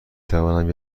توانم